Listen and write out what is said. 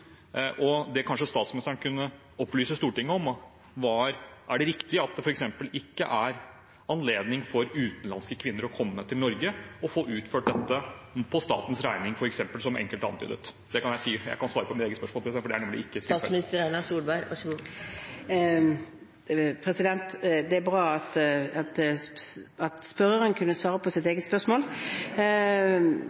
Det kanskje statsministeren kunne opplyse Stortinget om, er: Er det riktig at det ikke er anledning for utenlandske kvinner å komme til Norge og få utført dette på statens regning, som enkelte har antydet? Jeg kan svare på mitt eget spørsmål, for det er nemlig ikke tilfellet. Det er bra at spørreren kunne svare på sitt eget spørsmål. Vi har ikke et offentlig finansiert helsevesen for at